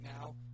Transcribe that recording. now